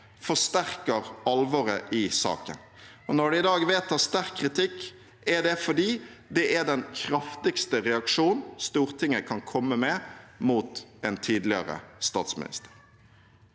forsterker alvoret i saken. Når det i dag vedtas sterk kritikk, er det fordi det er den kraftigste reaksjonen Stortinget kan komme med mot en tidligere statsminister.